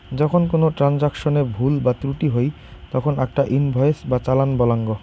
যখন কোনো ট্রান্সাকশনে ভুল বা ত্রুটি হই তখন আকটা ইনভয়েস বা চালান বলাঙ্গ